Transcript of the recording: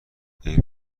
این